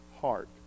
heart